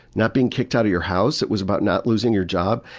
not being kicked out of your house. it was about not loosing your job.